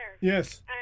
Yes